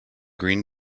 green